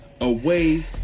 away